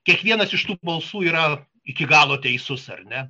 kiekvienas iš tų balsų yra iki galo teisus ar ne